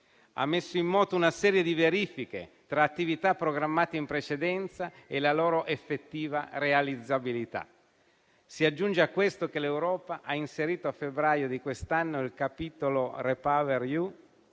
ha messo in moto una serie di verifiche tra attività programmate in precedenza e la loro effettiva realizzabilità. Si aggiunge a questo che l'Europa ha inserito a febbraio di quest'anno il capitolo REPowerEU